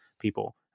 people